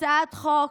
הצעת חוק,